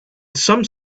some